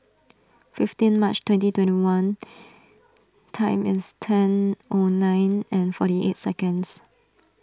fifteen March twenty twenty one time is ten O nine and forty eight seconds